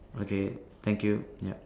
okay thank you yup